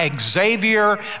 Xavier